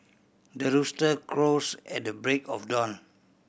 the rooster crows at the break of dawn